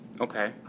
okay